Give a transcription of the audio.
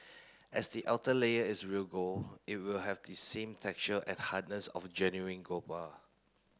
as the outer layer is real gold it will have the same texture and hardness of genuine gold bar